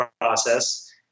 process